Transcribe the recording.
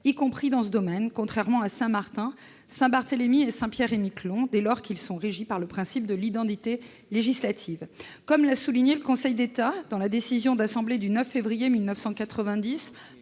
y compris dans ce domaine, contrairement aux règles en vigueur à Saint-Martin, Saint-Barthélemy et Saint-Pierre-et-Miquelon, territoires régis par le principe de l'identité législative. Comme l'a déterminé le Conseil d'État dans sa décision d'assemblée du 9 février 1990